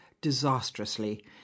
disastrously